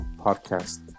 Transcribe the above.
podcast